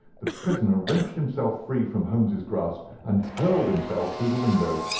the prisoner wrenched himself free from holmes's grasp, and hurled himself through the window.